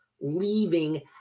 leaving